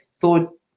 thought